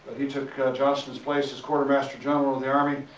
he took johnston's place as quartermaster general of the army.